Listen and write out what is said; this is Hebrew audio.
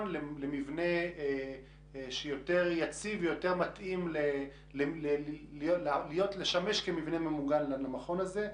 למבנה יציב ויותר מתאים לשמש כמבנה ממוגן למכון הזה.